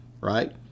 Right